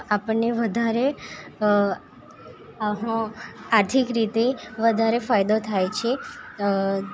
આપણ ને વધારે આર્થિક રીતે વધારે ફાયદો થાય છે